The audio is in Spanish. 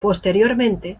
posteriormente